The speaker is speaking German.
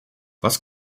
was